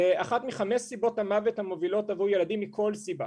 ואחת מחמש סיבות המוות המובילות עבור ילדים מכל סיבה.